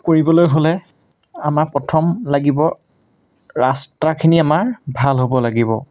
কৰিবলৈ হ'লে আমাক প্ৰথম লাগিব ৰাস্তাখিনি আমাৰ ভাল হ'ব লাগিব